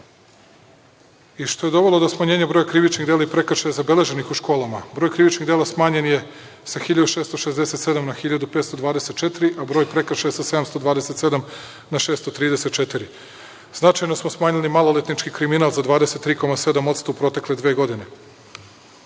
što je dovelo do smanjenja broja krivičnih dela i prekršaja zabeleženih u školama. Broj krivičnih dela smanjen je sa 1.667 na 1.524, a broj prekršaja sa 727 na 634. Značajno smo smanjili maloletnički kriminal, za 23,7% u protekle dve godine.